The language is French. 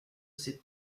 ses